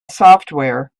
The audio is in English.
software